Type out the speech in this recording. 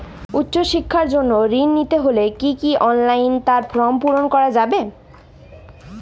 উচ্চশিক্ষার জন্য ঋণ নিতে হলে কি অনলাইনে তার ফর্ম পূরণ করা যাবে?